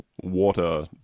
water